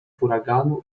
huraganu